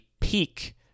peak